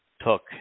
took